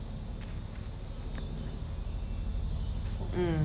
mm